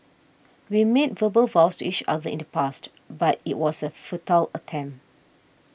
we made verbal vows to each other in the past but it was a futile attempt